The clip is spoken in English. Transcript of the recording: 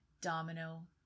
domino